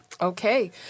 Okay